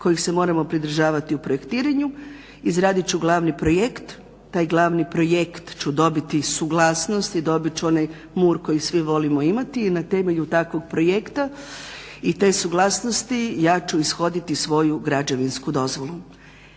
kojih se moramo pridržavati u projektiranju. Izradit ću glavni projekt, taj glavni projekt ću dobiti suglasnost i dobit ću onaj … koji svi volimo imati i na temelju takvog projekta i te suglasnosti ja ću ishoditi svoju građevinsku dozvolu.